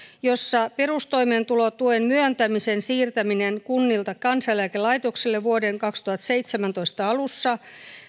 jossa perustoimeentulotuen myöntämisen siirtämisestä kunnilta kansaneläkelaitokselle vuoden kaksituhattaseitsemäntoista alussa